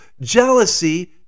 Jealousy